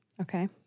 Okay